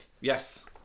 Yes